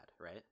right